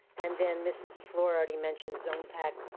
and then mrs. fluor already mentioned zone-pack,